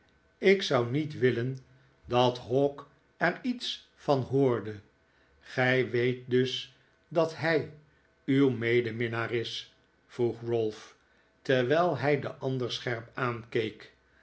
ik zou niet willen dat hawk er iets van hoorde gij weet dus dat hij uw medeminnaar is vroeg ralph terwijl hij den ander scherp aankeek